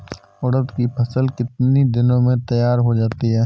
उड़द की फसल कितनी दिनों में तैयार हो जाती है?